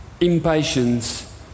impatience